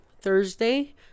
Thursday